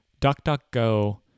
DuckDuckGo